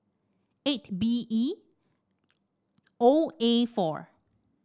eight B E O A four